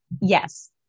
Yes